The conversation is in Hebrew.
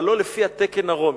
אבל לא לפי התקן הרומי.